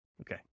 Okay